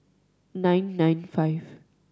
nine nine five